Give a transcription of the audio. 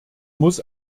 muss